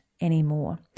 anymore